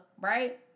right